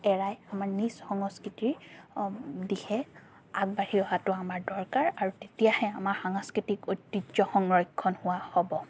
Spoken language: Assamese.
এৰাই আমাৰ নিজ সংস্কৃতিৰ দিশে আগবাঢ়ি অহাটো আমাৰ দৰকাৰ আৰু তেতিয়াহে আমাৰ সাংস্কৃতিক ঐতিহ্য সংৰক্ষণ হোৱা হ'ব